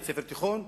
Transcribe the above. בית-ספר תיכון,